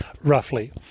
roughly